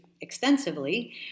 extensively